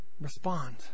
respond